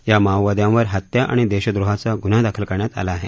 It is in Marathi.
या माओवाद्यांवर हत्या आणि देशद्रोहाचा गुन्हा दाखल करण्यात आला आहे